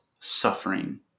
suffering